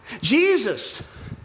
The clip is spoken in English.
Jesus